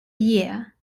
year